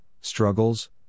struggles